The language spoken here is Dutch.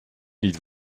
niet